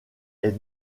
est